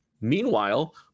meanwhile